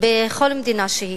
בכל מדינה שהיא.